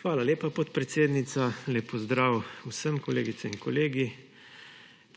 Hvala lepa, podpredsednica. Lep pozdrav vsem, kolegice in kolegi!